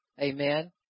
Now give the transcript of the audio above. amen